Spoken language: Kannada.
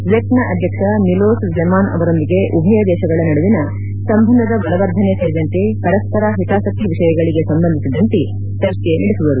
ಚೆಕ್ನ ಅಧ್ಯಕ್ಷ ಮಿಲೋಸ್ ಝಮಾನ್ ಅವರೊಂದಿಗೆ ಉಭಯ ದೇಶಗಳ ನಡುವಿನ ಸಂಬಂಧದ ಬಲವರ್ಧನೆ ಸೇರಿದಂತೆ ಪರಸ್ವರ ಹಿತಾಸಕ್ತಿ ವಿಷಯಗಳಿಗೆ ಸಂಬಂದಿಸಿದಂತೆ ಚರ್ಚೆ ನಡೆಸುವರು